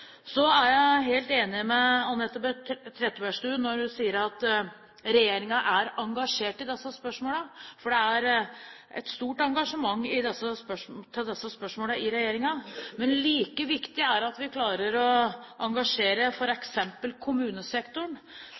Så er jeg helt enig med Anette Trettebergstuen når hun sier at regjeringen er engasjert i disse spørsmålene. Det er et stort engasjement om disse spørsmålene i regjeringen, men like viktig er det at vi klarer å engasjere f.eks. kommunesektoren,